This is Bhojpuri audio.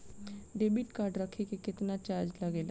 डेबिट कार्ड रखे के केतना चार्ज लगेला?